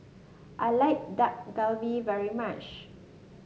I like Dak Galbi very much